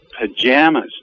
pajamas